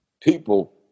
people